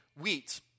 wheat